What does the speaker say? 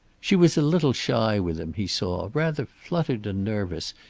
she was a little shy with him, he saw rather fluttered and nervous,